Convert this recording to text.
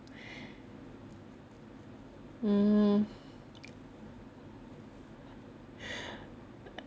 um